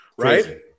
right